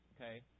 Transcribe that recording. okay